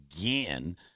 again